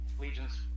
Legion's